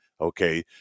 okay